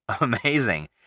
amazing